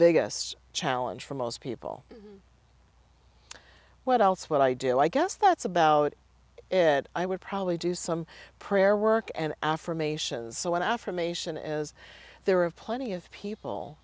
biggest challenge for most people what else would i do i guess that's about it i would probably do some prayer work and affirmations so when affirmation is there of plenty of people